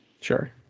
Sure